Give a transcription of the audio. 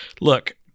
Look